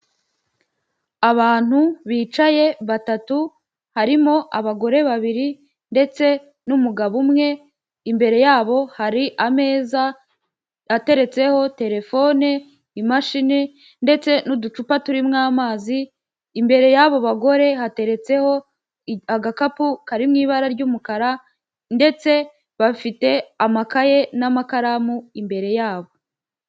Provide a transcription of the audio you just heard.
Abantu bicaye batatu harimo abagore babiri, ndetse n'umugabo umwe imbere yabo hari ameza ateretseho telefone, imashini ndetse n'uducupa turimo amazi, imbere y'abo bagore hateretseho agakapu karirimo ibara ry'umukara ndetse bafite amakaye n'amakaramu imbere yabo.